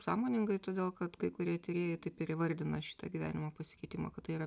sąmoningai todėl kad kai kurie tyrėjai taip ir įvardina šitą gyvenimo pasikeitimą kad tai yra